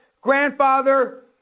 grandfather